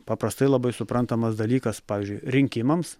paprastai labai suprantamas dalykas pavyzdžiui rinkimams